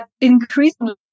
Increasingly